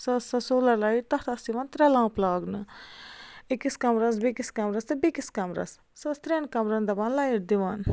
سۄ ٲس سۄ سولَر لایِٹ تَتھ آسہٕ یِوان ترٛےٚ لَمپ لاگنہٕ أکِس کَمرَس بیٚکِس کَمرَس تہٕ بیٚکِس کَمرَس سُہ ٲس ترٛٮ۪ن کَمرَن دَپان لایِٹ دِوان